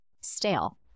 stale